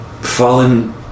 fallen